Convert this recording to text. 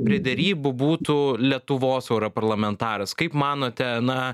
prie derybų būtų lietuvos europarlamentaras kaip manote na